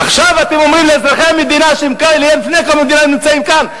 עכשיו אתם אומרים לאזרחי המדינה שמלפני קום המדינה הם נמצאים כאן,